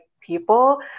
people